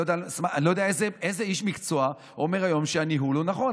אני לא יודע איזה איש מקצוע אומר היום שהניהול הוא נכון.